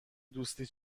دوستی